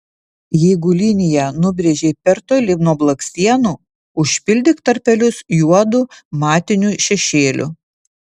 jeigu liniją nubrėžei per toli nuo blakstienų užpildyk tarpelius juodu matiniu šešėliu